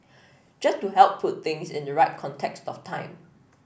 just to help put things in the right context of time